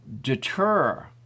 Deter